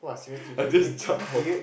I just jumped off